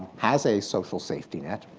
has a social safety net,